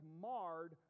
marred